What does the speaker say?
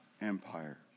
empire